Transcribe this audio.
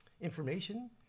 information